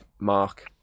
mark